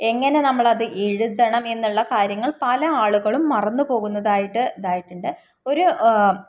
എങ്ങനെ നമ്മളത് എഴുതണം എന്നുള്ള കാര്യങ്ങൾ പലയാളുകളും മറന്നുപോകുന്നതായിട്ട് ഇതായിട്ടുണ്ട് ഒരു